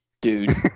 Dude